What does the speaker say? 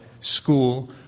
school